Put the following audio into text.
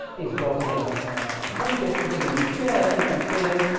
he's got a subject sitting in a chair. you can see him.